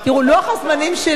לוח הזמנים שלי,